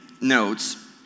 notes